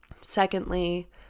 Secondly